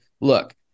look